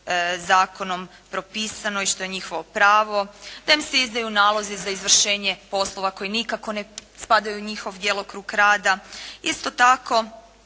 zakonom propisano i što je njihovo pravo te im se izdaju nalozi za izvršenje poslova koji nikako ne spadaju u njihov djelokrug rada. Isto tako